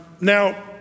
Now